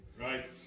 Right